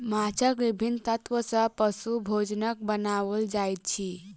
माँछक विभिन्न तत्व सॅ पशु भोजनक बनाओल जाइत अछि